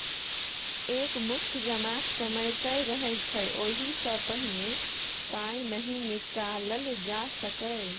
एक मुस्त जमाक समय तय रहय छै ओहि सँ पहिने पाइ नहि निकालल जा सकैए